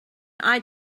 eye